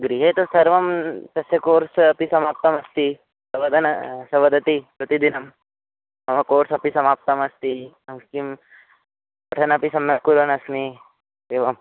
गृहे तत् सर्वं तस्य कोर्स् अपि समाप्तमस्ति वदन् सः वदति प्रतिदिनं मम कोर्स् अपि समाप्तमस्ति किं पठनपि सम्यक् कुर्वन्नस्मि एवम्